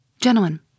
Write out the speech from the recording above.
Gentlemen